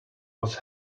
was